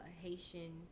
Haitian